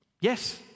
yes